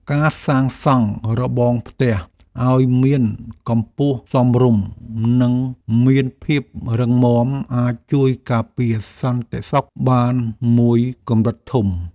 ការសាងសង់របងផ្ទះឱ្យមានកម្ពស់សមរម្យនិងមានភាពរឹងមាំអាចជួយការពារសន្តិសុខបានមួយកម្រិតធំ។